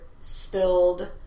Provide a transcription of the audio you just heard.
spilled